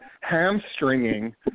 hamstringing